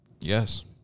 Yes